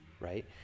right